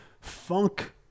funk